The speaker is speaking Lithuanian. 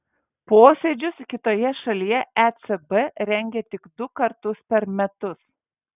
posėdžius kitoje šalyje ecb rengia tik du kartus per metus